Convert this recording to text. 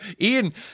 Ian